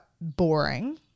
boring